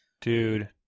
Dude